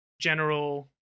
general